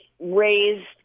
raised